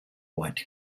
white